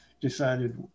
decided